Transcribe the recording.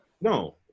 No